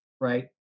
right